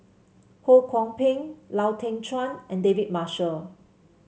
Ho Kwon Ping Lau Teng Chuan and David Marshall